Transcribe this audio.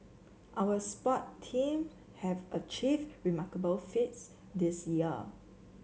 our sport team have achieved remarkable feats this year